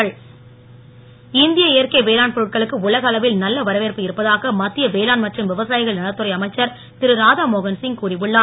ராதாமோகன் இந்திய இயற்கை வேளாண் பொருட்களுக்கு உலக அளவில் நல்ல வரவேற்பு இருப்பதாக மத்திய வேளாண் மற்றும் விவசாயிகள் நலத்துறை அமைச்சர் திரு ராதா மோகன்சிங் கூறி உள்ளார்